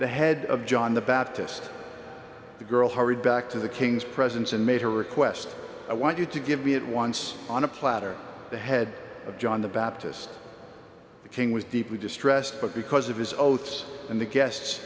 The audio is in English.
the head of john the baptist the girl hurried back to the king's presence and made her request i want you to give me at once on a platter the head of john the baptist the king was deeply distressed but because of his oaths and the